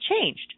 changed